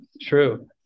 True